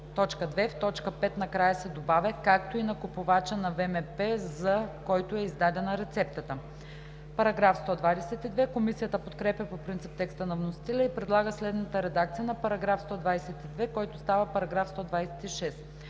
В т. 5 накрая се добавя „както и на купувача на ВМП, за който е издадена рецептата“.“ Комисията подкрепя по принцип текста на вносителя и предлага следната редакция на § 122, който става § 126: